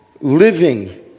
living